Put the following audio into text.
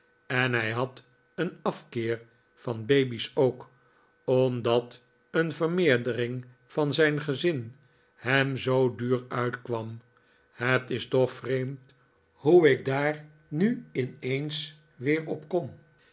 en hij had een afkeer van baby's ook omdat een vermeerdering van zijn gezin hem zoo duur uitkwam het is toch vreemd hoe ik daar nu ineens weer op kom